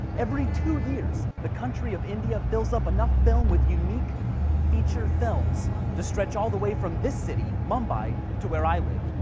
every two years, the country of india fills up enough film with unique feature films that stretch all the way from this city, mumbai, to where i live,